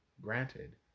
Granted